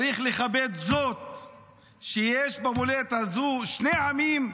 צריך לכבד שיש במולדת הזו שני עמים.